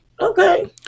Okay